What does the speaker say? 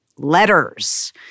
letters